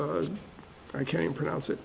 i can't pronounce it